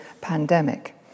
pandemic